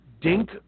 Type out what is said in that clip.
Dink